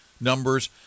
numbers